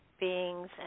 beings